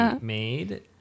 made